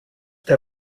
der